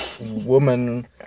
Woman